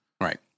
Right